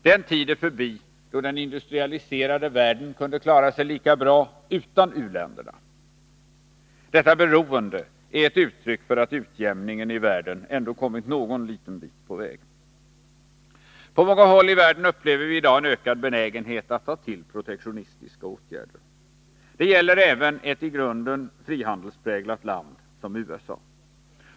Den tid är förbi då den industrialiserade världen kunde klara sig lika bra utan u-länderna. Detta beroende är ett uttryck för att utjämningen i världen ändå kommit något liten bit på väg. På många håll i världen upplever vi i dag en ökad benägenhet att ta till protektionistiska åtgärder. Det gäller även ett i grunden frihandelspräglat land som USA.